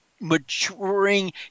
maturing